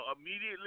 immediately